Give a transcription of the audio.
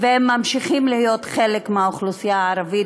והם ממשיכים להיות חלק מהאוכלוסייה הערבית,